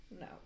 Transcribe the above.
no